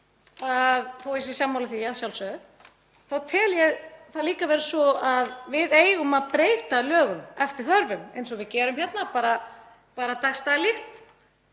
að ég sé sammála því, að sjálfsögðu, þá tel ég það líka vera svo að við eigum að breyta lögum eftir þörfum eins og við gerum hérna bara „dags dagligt“